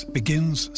begins